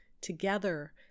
together